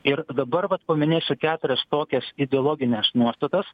ir dabar vat paminėsiu keturias tokias ideologines nuostatas